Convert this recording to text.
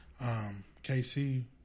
KC